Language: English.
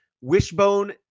wishbone